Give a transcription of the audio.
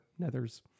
nethers